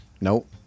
Nope